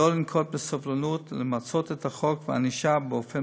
לא לנהוג בסובלנות ולמצות את החוק והענישה באופן